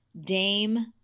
dame